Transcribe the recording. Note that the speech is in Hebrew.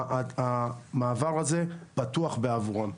המעבר הזה פתוח בעבורם.